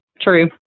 True